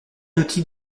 outil